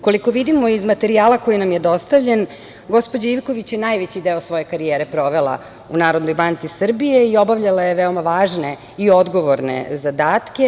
Koliko vidimo iz materijala koji nam je dostavljen, gospođa Ivković je najveći deo svoje karijere provela u NBS i obavljala je veoma važne i odgovorne zadatke.